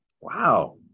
Wow